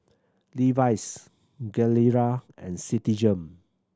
Levi's Gilera and Citigem